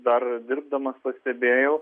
dar dirbdamas pastebėjau